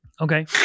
Okay